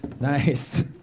nice